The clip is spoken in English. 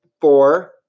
four